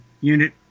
unit